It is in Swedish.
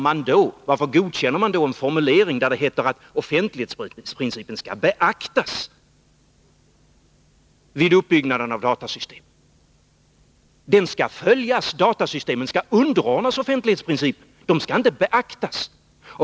Men varför godkänner man då en formulering där det heter att offentlighetsprincipen skall beaktas vid uppbyggnaden av datasystem? Den principen skall följas. Datasystemen skall underordnas offentlighetsprincipen — den skall inte ”beaktas”.